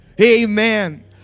Amen